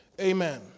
Amen